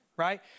right